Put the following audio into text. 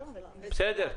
בסדר.